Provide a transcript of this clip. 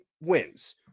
wins